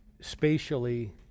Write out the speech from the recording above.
spatially